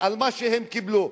על מה שהם קיבלו.